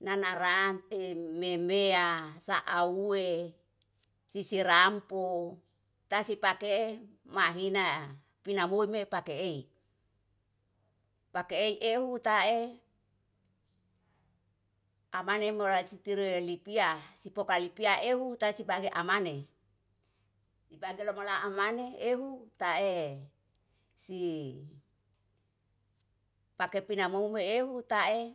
nana ram e memea saauwe sisirampu tasipake mahina pinamui me pake ei, pake ei ehu tae amane mora siterue lipia si poka lipia ehu tasibagi amane ibagi lomala amane ehu tae si pake pinamumu ehu tae.